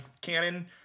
canon